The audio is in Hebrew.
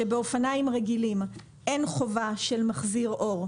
שבאופניים רגילים אין חובה של מחזיר אור,